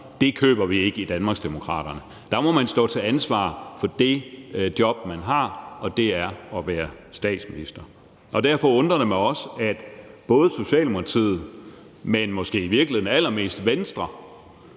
det køber vi ikke i Danmarksdemokraterne. Der må man stå til ansvar for det job, man har, og det er at være statsminister. Derfor undrer det mig også, at både Socialdemokratiet, men måske i virkeligheden også allermest Venstre